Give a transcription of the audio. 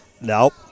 Nope